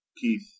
Keith